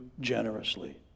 generously